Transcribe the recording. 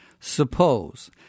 Suppose